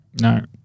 No